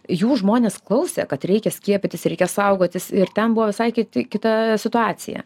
jų žmonės klausė kad reikia skiepytis reikia saugotis ir ten buvo visai kiti kita situacija